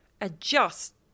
adjust